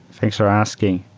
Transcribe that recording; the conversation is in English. thanks for asking.